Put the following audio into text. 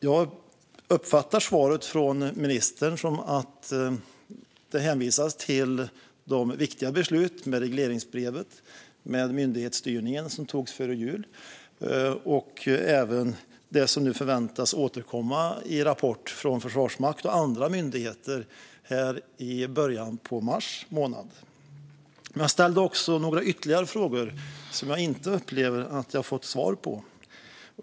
Jag uppfattar svaret från ministern som att man hänvisar till de viktiga beslut med regleringsbrev och myndighetsstyrning som togs före jul liksom det som nu förväntas komma i rapporter från Försvarsmakten och andra myndigheter i början av mars månad. Jag ställde också några ytterligare frågor som jag inte upplever att jag har fått svar på.